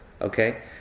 okay